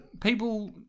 People